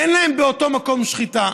אין להם אותו באותו מקום שחיטה,